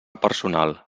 personal